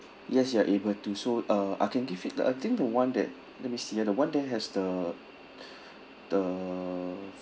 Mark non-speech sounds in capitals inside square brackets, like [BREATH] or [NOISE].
yes you are able to so uh I can give it the I think the [one] that let me see ah the [one] that has the [BREATH] the